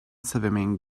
swimming